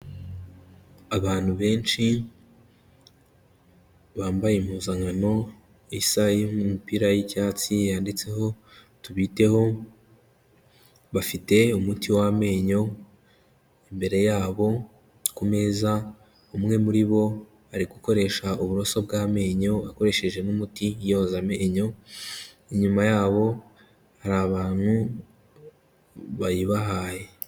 Abantu benshi bambaye impuzankano isa y'imupira yicyatsi yanditseho " Tubiteho", bafite umuti w'amenyo imbere yabo ku meza, umwe muri bo ari gukoresha uburoso bw'amenyo akoresheje n'umuti yoza amenyo, inyuma yabo hari abantu bayibahaye.